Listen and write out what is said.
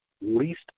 least